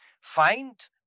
find